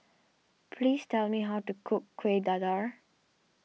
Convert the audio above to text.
please tell me how to cook Kuih Dadar